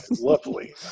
lovely